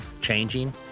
changing